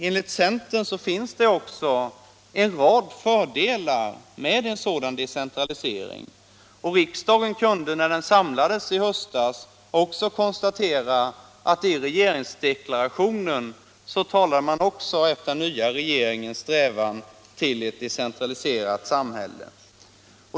Enligt centern finns det en rad fördelar med en sådan decentralisering. Riksdagen kunde när den samlades i höstas också konstatera att man i regeringsdeklarationen talar om den nya regeringens strävan till ett decentraliserat samhälle.